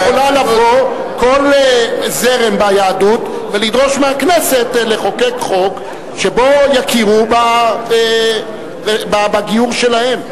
יכול לבוא כל זרם ביהדות ולדרוש מהכנסת לחוקק חוק שבו יכירו בגיור שלהם.